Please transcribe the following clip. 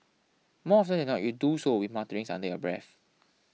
more often than not you do so with mutterings under your breath